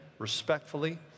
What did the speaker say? respectfully